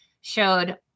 showed